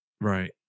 Right